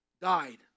died